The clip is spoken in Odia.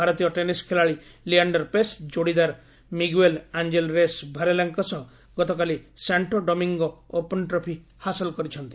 ଭାରତୀୟ ଟେନିସ୍ ଖେଳାଳି ଲିଆଶ୍ଡର ପେସ୍ ଯୋଡ଼ିଦାର ମିଗୁଏଲ୍ ଆଞ୍ଜେଲ୍ ରେସ୍ ଭାରେଲାଙ୍କ ସହ ଗତକାଲି ସାଙ୍କୋ ଡୋମିଙ୍ଗୋ ଓପନ୍ ଟ୍ରଫି ହାସଲ କରିଛନ୍ତି